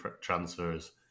transfers